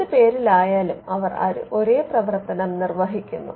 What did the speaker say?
ഏതു പേരിലായാലും അവർ ഒരേ പ്രവർത്തനം നിർവഹിക്കുന്നു